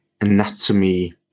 anatomy